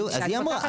אז היא אמרה.